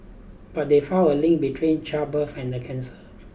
but they found a link between childbirth and the cancer